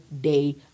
day